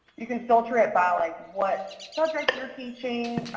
you can filter it by like what subject and you're teaching,